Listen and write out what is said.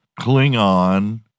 Klingon